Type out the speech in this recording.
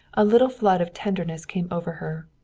a little flood of tenderness came over her.